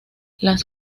las